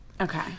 Okay